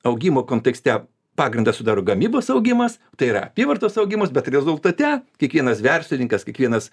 augimo kontekste pagrindą sudaro gamybos augimas tai yra apyvartos augimas bet rezultate kiekvienas verslininkas kiekvienas